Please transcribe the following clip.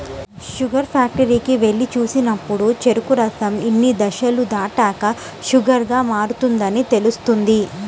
sugar ఫ్యాక్టరీకి వెళ్లి చూసినప్పుడు చెరుకు రసం ఇన్ని దశలు దాటాక షుగర్ గా మారుతుందని తెలుస్తుంది